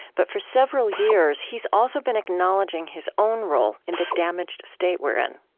but for several years, he's also been acknowledging his own role in the damaged state we're in